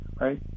right